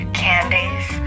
candies